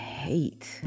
hate